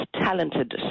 talented